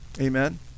Amen